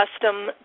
custom